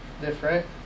different